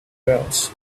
wells